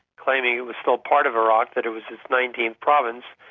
claiming it was still part of iraq, that it was its nineteenth province,